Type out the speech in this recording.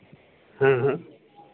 हाँ हाँ